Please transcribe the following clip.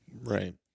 right